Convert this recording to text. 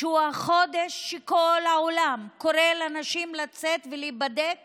שהוא החודש שכל העולם קורא לנשים לצאת ולהיבדק